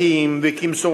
כבל,